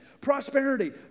prosperity